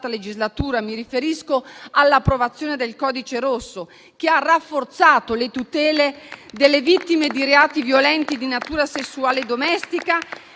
legislatura. Mi riferisco all'approvazione del codice rosso, che ha rafforzato le tutele delle vittime di reati violenti di natura sessuale e domestica